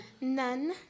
None